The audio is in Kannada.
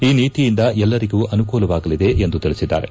ಈ ನೀತಿಯಿಂದ ಎಲ್ಲರಿಗೂ ಅನುಕೂಲವಾಗಲಿದೆ ಎಂದು ತಿಳಿಸಿದ್ದಾರೆ